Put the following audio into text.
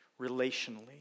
relationally